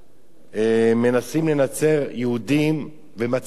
ובטבריה מנסים לנצר יהודים ומצליחים,